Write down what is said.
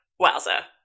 wowza